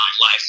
life